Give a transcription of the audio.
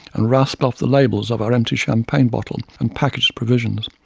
and rasped off the labels of our empty champagne bottle, and packaged provisions.